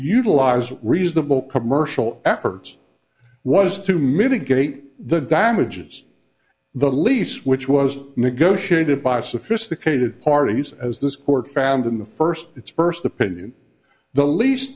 utilize reasonable commercial efforts was to mitigate the damages the lease which was negotiated by sophisticated parties as this court found in the first its first opinion the leas